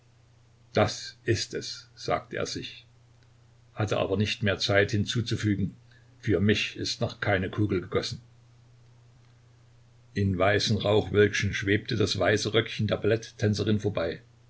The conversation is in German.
da ist es sagte er sich hatte aber nicht mehr zeit hinzuzufügen für mich ist noch keine kugel gegossen im weißen rauchwölkchen schwebte das weiße röckchen der ballettänzerin vorbei